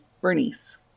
Bernice